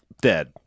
dead